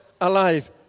alive